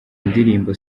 ndirimbo